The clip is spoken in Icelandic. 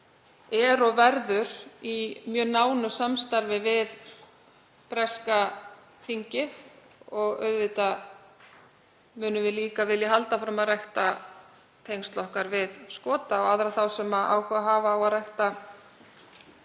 og verður í mjög nánu samstarfi við breska þingið og auðvitað viljum við líka halda áfram að rækta tengsl okkar við Skota og aðra þá sem áhuga hafa á að rækta